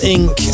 Inc